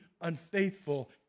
unfaithful